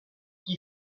qui